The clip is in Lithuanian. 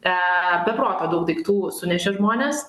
e be proto daug daiktų sunešė žmonės